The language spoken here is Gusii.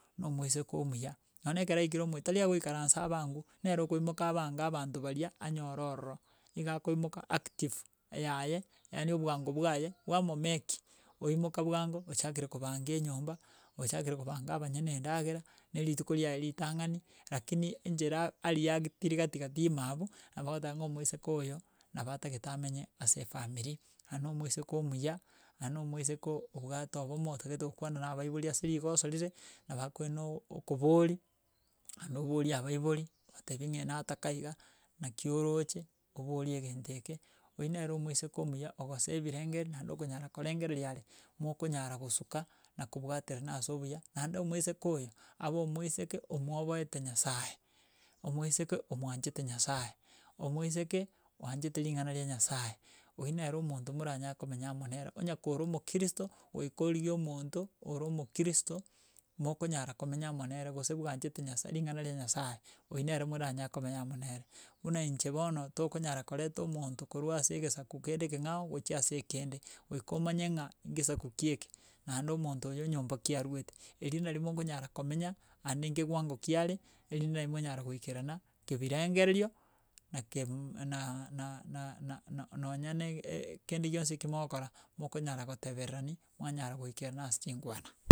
nomoiseke omuya nonye na ekero aikire omo tari agoikaransa abangwe, nere okoimoka abange abanto baria, anyora ororo, iga akoimoka active, yaye yaani obwango bwaye bwamomeki oimoka bwango ochakire kobanga enyomba, ochakire kobanga abanyene endagera na erituko riaye ritang'ani lakini enchera ari actiri gatigati imabu, nabo ogoteba ng'a omoiseke oyo, nabo atagete amenye ase efamiri naende omoiseke omuya, naende omoiseke obwate obomo otagete gokwana na abaibori ase rigoso rire, nabo akoeno okoboria, aende obori abaibori obatebi ng'a enataka iga, naki oroche oborie egento eke, oywo nere omiseke omuya, ogosee ebirengereri naende okonyora korengeria are, mokonyara gosuka na kobwaterana ase obuya naende omoiseke oyo abe omoiseke omwoboete nyasaye, omoiseke omwanchete nyasaye, omoiseke oanchete ring'ana ria nyasaye, oywo nere omonto moranyare komenya amo nere, onye koro omokristo goika origie omonto ore omokristo mokonyara komenya amo nere gose bwanchete nyasaye ring'ana ria nyasaye oywo nere moranyare komenya amo nere. Buna inche bono tokonyara koreta omonto korwa ase egesaku kende ekeng'ao gochia ase ekende, goika omanye ng'a gesaku ki eke naende omonto oyo nyomba ki arwete erio nari mokonyara komenya, ande kewango ki are erinde nari mwanyara goikerana kebirengererio na kebum na na na na na nonya na ee kende gionsi ekio mogokora, mokonyara gotebererani, mwanyara goikerana ase chinkwana.